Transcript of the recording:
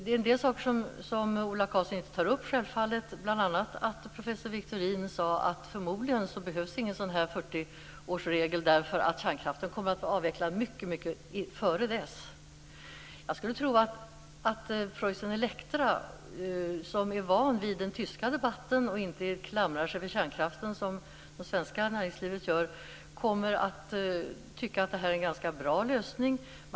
En del saker tar Ola Karlsson självfallet inte upp, bl.a. att professor Anders Victorin sagt att det förmodligen inte behövs någon 40-årsregel därför att kärnkraften kommer att vara avvecklad dessförinnan. Jag skulle tro att Preussen Elektra, där man är van vid den tyska debatten och inte klamrar sig fast vid kärnkraften som det svenska näringslivet gör, kommer att tycka att det här är en ganska bra lösning.